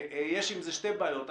שיש עם זה שתי בעיות.